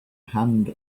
hand